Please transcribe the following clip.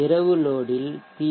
இரவு லோட் இல் பி